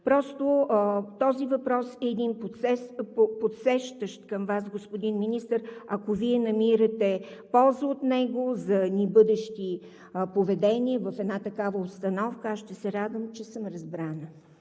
бъде по-мек. Това е един подсещащ въпрос към Вас, господин Министър. Ако Вие намирате полза от него за едни бъдещи поведения в една такава обстановка, аз ще се радвам, че съм разбрана.